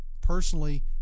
personally